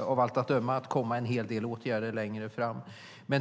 av allt att döma att komma en hel del åtgärder längre fram.